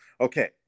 Okay